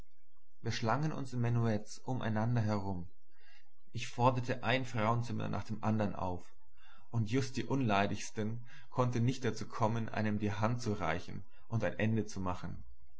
wir schlangen uns in menuetts um einander herum ich forderte ein frauenzimmer nach dem andern auf und just die unleidlichsten konnten nicht dazu kommen einem die hand zu reichen und ein ende zu machen